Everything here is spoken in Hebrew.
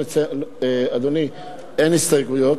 אדוני, אין הסתייגויות.